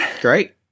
Great